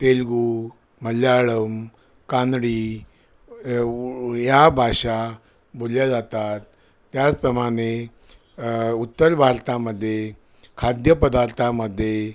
तेलगू मल्याळम कानडी उ या भाषा बोलल्या जातात त्याचप्रमाणे उत्तर भारतामध्ये खाद्यपदार्थामध्ये